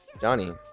Johnny